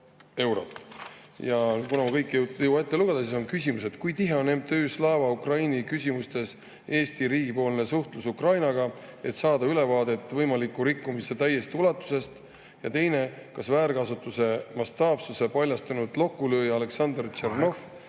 eurot. Kuna ma kõike ei jõua ette lugeda, siis on küsimus, kui tihe on MTÜ Slava Ukraini küsimustes Eesti riigi suhtlus Ukrainaga, et saada ülevaade võimaliku rikkumise täiest ulatusest. Ja teine: kas väärkasutuse mastaapsuse paljastanud lokulööja Oleksandr Tšernov,